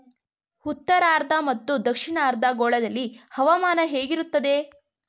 ಉತ್ತರಾರ್ಧ ಮತ್ತು ದಕ್ಷಿಣಾರ್ಧ ಗೋಳದಲ್ಲಿ ಹವಾಮಾನ ಹೇಗಿರುತ್ತದೆ?